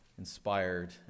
Inspired